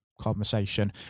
conversation